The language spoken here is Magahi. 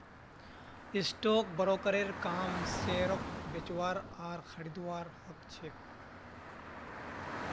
स्टाक ब्रोकरेर काम शेयरक बेचवार आर खरीदवार ह छेक